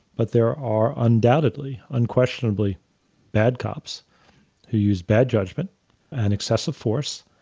but there are undoubtedly unquestionably bad cops who use bad judgment and excessive force.